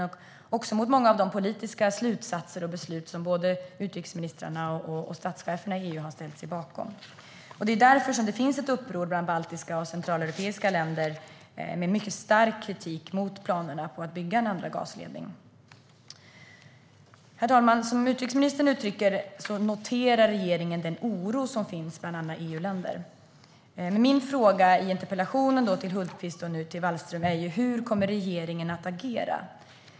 Den bryter även mot många av de politiska slutsatser och beslut som såväl utrikesministrarna som statscheferna i EU har ställt sig bakom. Det finns därför ett uppror bland baltiska och centraleuropeiska länder. De är mycket stark kritiska mot planerna på att bygga en andra gasledning. Herr talman! Utrikesministern uttrycker att regeringen noterar den oro som finns bland andra EU-länder. Men min fråga i interpellationen till Hultqvist var och är nu till Wallström: Hur kommer regeringen att agera?